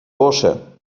bursche